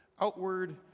outward